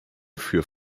für